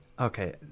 Okay